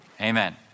Amen